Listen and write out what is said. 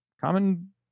common